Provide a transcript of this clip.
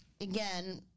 again